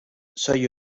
soy